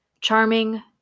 charming